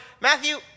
Matthew